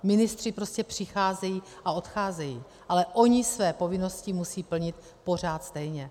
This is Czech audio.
Ministři prostě přicházejí a odcházejí, ale oni své povinnosti musí plnit pořád stejně.